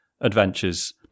adventures